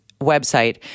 website